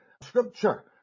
Scripture